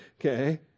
okay